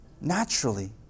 naturally